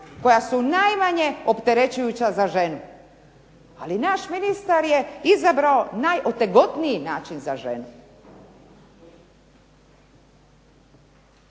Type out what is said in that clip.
koja su najmanje opterećujuća za ženu, ali naš ministar je izabrao najotegotniji način za ženu.